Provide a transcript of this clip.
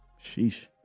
Sheesh